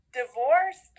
divorce